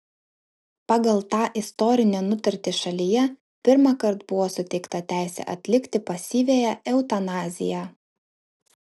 pagal tą istorinę nutartį šalyje pirmąkart buvo suteikta teisė atlikti pasyviąją eutanaziją